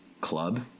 Club